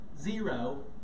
Zero